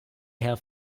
herr